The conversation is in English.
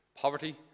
poverty